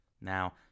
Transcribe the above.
Now